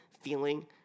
feeling